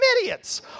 idiots